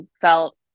felt